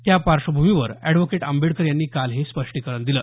त्या पार्श्वभूमीवर अॅडव्होकेट आंबेडकर यांनी काल हे स्पष्टीकरण दिलं